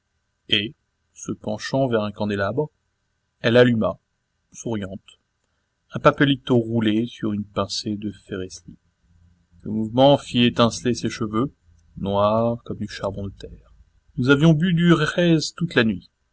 et se penchant vers un candélabre elle alluma souriante un papelito roulé sur une pincée de phëresli ce mouvement fit étinceler ses cheveux noirs comme du charbon de terre nous avions bu du jerez toute la nuit